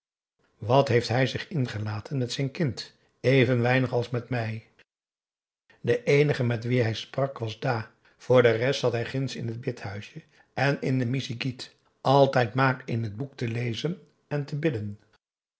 wat heeft hij zich ingelaten met zijn kind even weinig als met mij de eenige met wie hij sprak was dah voor de rest zat hij ginds in het bidhuisje en in de missigit altijd maar in het boek te lezen en te bidden